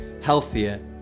healthier